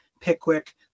Pickwick